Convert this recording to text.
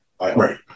right